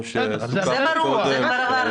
הוא גם נשלח אליכם אתמול.